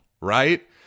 right